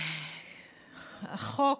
החוק,